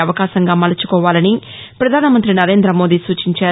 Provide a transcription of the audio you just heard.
అవకాశంగా మలచుకోవాలని పధానమంత్రి నరేంద్రమోదీ సూచించారు